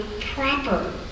proper